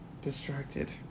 distracted